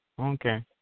Okay